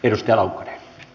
kiitos